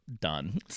done